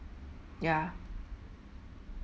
ya